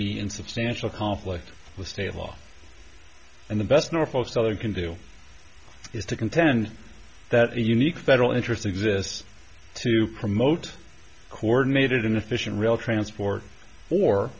be in substantial conflict with state law and the best norfolk southern can do is to contend that a unique federal interest exists to promote a coordinated an efficient rail transport for